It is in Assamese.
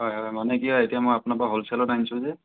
হয় হয় মানে কি হয় এতিয়া মই আপোনাৰপৰা হ'লচেলত আনিছোঁ যে